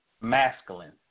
masculine